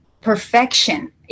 perfection